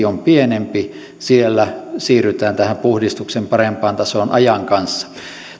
on pienempi siellä siirrytään tähän puhdistuksen parempaan tasoon ajan kanssa